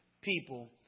People